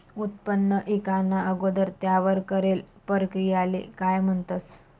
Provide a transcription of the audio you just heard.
उत्पन्न ईकाना अगोदर त्यावर करेल परकिरयाले काय म्हणतंस?